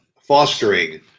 fostering